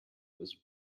was